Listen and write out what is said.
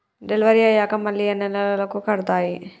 Delivery అయ్యాక మళ్ళీ ఎన్ని నెలలకి కడుతాయి?